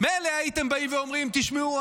מילא הייתם באים ואומרים: תשמעו,